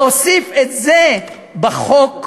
להוסיף את זה בחוק,